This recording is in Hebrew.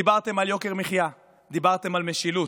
דיברתם על יוקר מחיה, דיברתם על משילות,